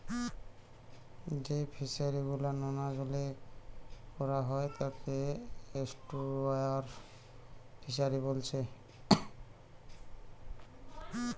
যেই ফিশারি গুলা নোনা জলে কোরা হয় তাকে এস্টুয়ারই ফিসারী বোলছে